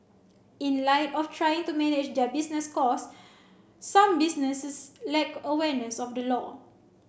in light of trying to manage their business cost some businesses lack awareness of the law